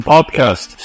Podcast